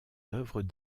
œuvres